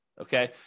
Okay